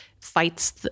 fights